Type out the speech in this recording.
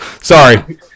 Sorry